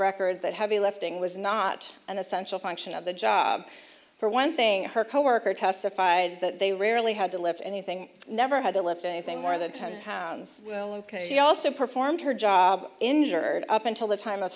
record that heavy lifting was not an essential function of the job for one thing her coworker testified that they rarely had to lift anything never had to lift anything more than ten pounds she also performed her job injured up until the time of